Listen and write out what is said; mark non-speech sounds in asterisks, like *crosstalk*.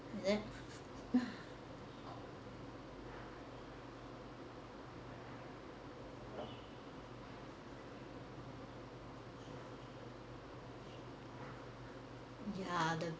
is it *laughs* ya the